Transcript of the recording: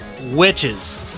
Witches